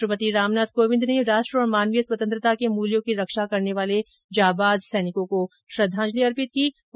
राष्ट्रपति रामनाथ कोविंद ने राष्ट्र और मानवीय स्वतंत्रता के मूल्यों की रक्षा करने वाले जांबाज सैनिकों को श्रद्वांजलि अर्पित की है